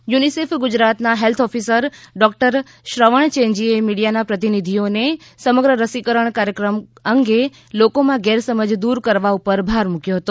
UNICEF ગુજરાતના health officer doctor Shravan ચેનજી એ મીડિયાના પ્રતિનિધિઓને સમગ્ર રસીકરણ કાર્યક્રમ અંગે લોકોમાં ગેરસમજ દૂર કરવા ઉપર ભાર મૂક્યો હતો